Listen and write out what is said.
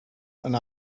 and